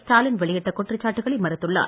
ஸ்டாலின் வெளியிட்ட குற்றச்சாட்டுகளை மறுத்துள்ளார்